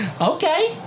Okay